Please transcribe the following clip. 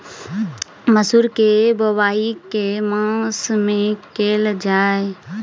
मसूर केँ बोवाई केँ के मास मे कैल जाए?